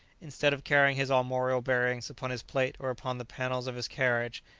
instead of carrying his armorial bearings upon his plate or upon the panels of his carriage,